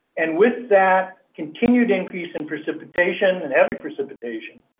and with that continued increase in precipitation and heavy precipitation,